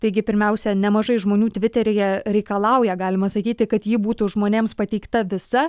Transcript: taigi pirmiausia nemažai žmonių tviteryje reikalauja galima sakyti kad ji būtų žmonėms pateikta visa